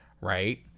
Right